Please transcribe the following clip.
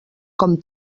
com